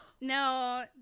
no